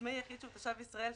עצמאי בעל עסק חדש,